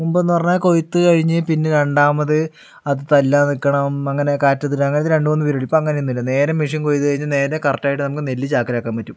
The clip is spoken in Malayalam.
മുമ്പെന്ന് പറഞ്ഞാൽ കൊയ്ത്തു കഴിഞ്ഞ് പിന്നേ രണ്ടാമത് അത് തല്ലാൻ നിൽക്കണം അങ്ങനേ കാറ്റത്ത് ഇടാൻ അങ്ങനത്തേ രണ്ടുമൂന്നു പരിപാടി ഇപ്പോൾ അങ്ങനെനൊന്നുമില്ല നേരെ മെഷീൻ കൊയ്ത് നേരെ കറക്റ്റായിട്ട് നമുക്ക് നെല്ല് ചാക്കിലാക്കാൻ പറ്റും